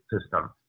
system